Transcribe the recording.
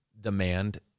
demand